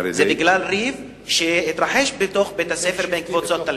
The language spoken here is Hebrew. זה היה בגלל ריב שהתרחש בתוך בית-הספר בין קבוצות תלמידים.